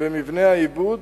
במבנה העיבוד,